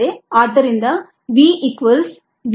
ಆದ್ದರಿಂದ v equals v m S by K m plus S